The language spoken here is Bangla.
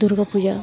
দুর্গাপূজা